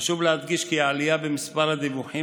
חשוב להדגיש כי העלייה במספר הדיווחים